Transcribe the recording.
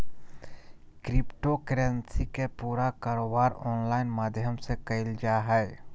crypto currency के पूरा कारोबार ऑनलाइन माध्यम से क़इल जा हइ